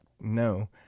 no